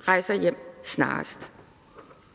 rejser hjem snarest.«